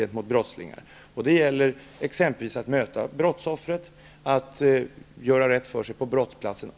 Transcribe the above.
Det kan exempelvis vara att brottslingen får möta brottsoffret eller att man får göra rätt för sig på brottsplatsen.